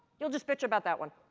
you'll just bitch about that one.